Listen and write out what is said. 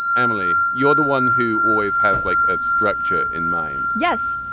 emily you're the one who always has like a structure in mind yes.